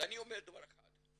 אני אומר דבר אחד,